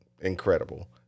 incredible